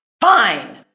Fine